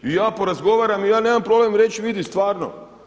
I ja porazgovaram i ja nemam problem reći vidi stvarno.